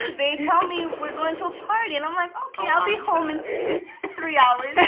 they told me, we're going to a party and i'm like, okay, i'll be home in in three hours. i